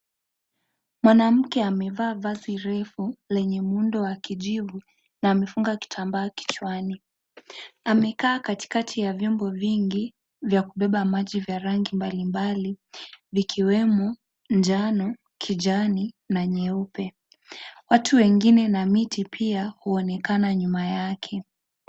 Mwanamke amevaa vazi ndefu lenye muundo wa kijivu na amefunga kitambaa kichwani. Amekaa katikati ya vyombo vingi vya kubebaba maji vya rangi mbali mbali vikiwemo, njano, kijani na nyeupe. Watu wengine na miti pia huonekana nyuma yake.